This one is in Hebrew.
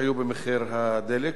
שהיו במחיר הדלק,